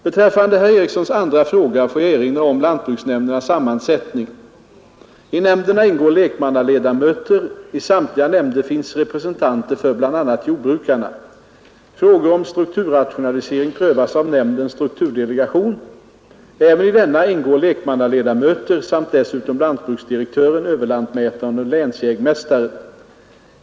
Beträffande herr Erikssons andra fråga får jag erinra om lantbruksnämndernas sammansättning. I nämnderna ingår lekmannaledamöter. I samtliga nämnder finns representanter för bl.a. jordbrukarna. Frågor om strukturrationalisering prövas av nämndens strukturdelegation. Även i denna ingår lekmannaledamöter samt dessutom lantbruksdirektören, överlantmätaren och länsjägmästaren.